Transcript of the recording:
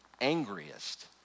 angriest